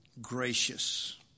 gracious